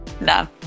No